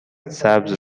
سبز